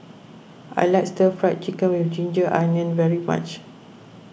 I like Stir Fried Chicken with Ginger Onions very much